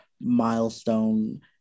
milestone